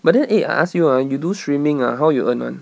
but then eh I ask you ah you do streaming ah how you earn [one]